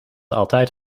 altijd